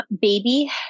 baby